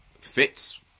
fits